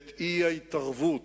את האי-התערבות,